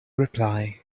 reply